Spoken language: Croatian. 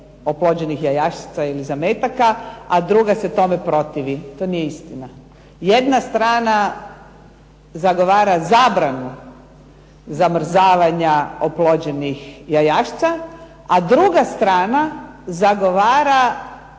oplođenih jajašca ili zametaka, a druga se tome protivi. To nije istina. Jedna strana zagovara zabranu zamrzavanja oplođenih jajašca, a druga strana zagovara